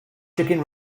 chicken